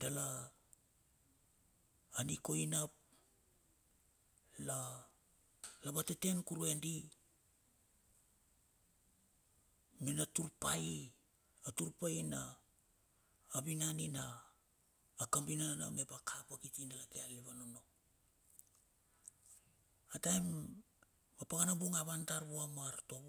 dala anikoina ap la vateten kurue di mena tur pai aterpaina a vinanina kambinana mep a kapa kiti dala ke alilivan onno ataim apakana bung.